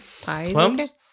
Plums